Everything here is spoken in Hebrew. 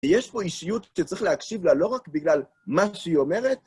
יש פה אישיות שצריך להקשיב לה לא רק בגלל מה שהיא אומרת,